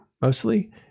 mostly